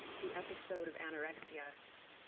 the episode of anorexia,